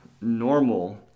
normal